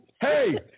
hey